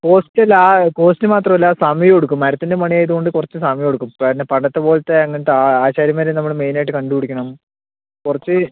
cost അല്ലാ ആ cost മാത്രമല്ല സമയവും എടുക്കും മരത്തിൻ്റെ പണിയായതുകൊണ്ട് കുറച്ച് സമയവും എടുക്കും പിന്നെ പണ്ടത്തെ പോലത്തെ അങ്ങനത്തെ ആശാരിമാരെ നമ്മൾ മെയിനായിട്ട് കണ്ടു പിടിക്കണം കുറച്ച്